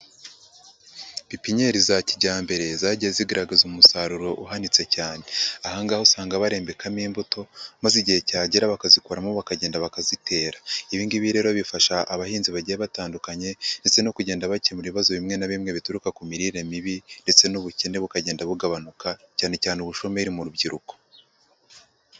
Pipinyeri za kijyambere, zagiye zigaragaza umusaruro uhanitse cyane. Aha ngaha usanga barembekamo imbuto, maze igihe cyagera bakazikuramo bakagenda bakazitera. Ibi ngibi rero bifasha abahinzi bagiye batandukanye, ndetse no kugenda bakemura ibibazo bimwe na bimwe bituruka ku mirire mibi, ndetse n'ubukene bukagenda bugabanuka cyane cyane ubushomeri mu rubyiruko.